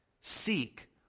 seek